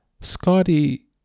Scotty